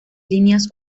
líneas